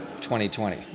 2020